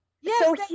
Yes